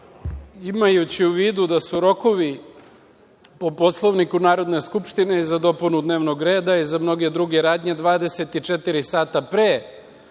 Imajući u vidu da su rokovi po Poslovniku Narodne skupštine za dopunu dnevnog reda i mnoge druge radnje 24 sata pre